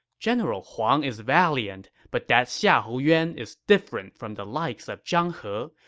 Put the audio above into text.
general huang is valiant, but that xiahou yuan is different from the likes of zhang he.